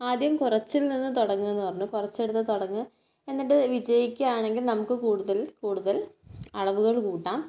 ആദ്യം കുറച്ചിൽ നിന്ന് തുടങ്ങ് എന്ന് പറഞ്ഞു കുറച്ചെടുത്ത് തുടങ്ങ് എന്നിട്ട് വിജയിക്കുകയാണെങ്കിൽ നമുക്ക് കൂടുതൽ കൂടുതൽ അളവുകൾ കൂട്ടാം